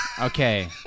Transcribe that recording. Okay